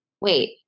Wait